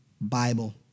Bible